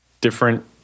different